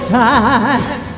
time